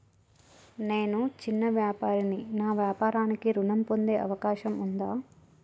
నేను చిన్న వ్యాపారిని నా వ్యాపారానికి ఋణం పొందే అవకాశం ఉందా?